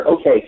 Okay